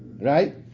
Right